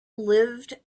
lived